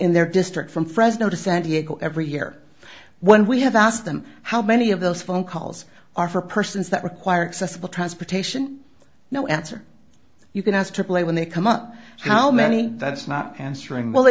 in their district from fresno to san diego every year when we have asked them how many of those phone calls are for persons that require accessible transportation no answer you can ask to play when they come up how many that's not answering well it